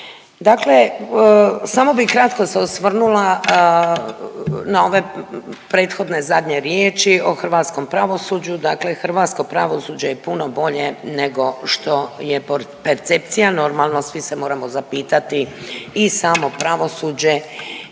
Dakle samo bih kratko se osvrnula na ove prethodne zadnje riječi o hrvatskom pravosuđu, dakle hrvatsko pravosuđe je puno bolje nego što je percepcija, normalno, svi se moramo zapitati i samo pravosuđe